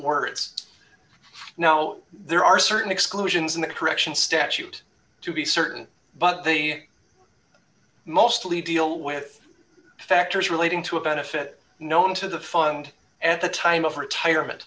words now there are certain exclusions in that correction statute to be certain but they mostly deal with factors relating to a benefit known to the fund at the time of retirement